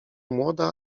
młoda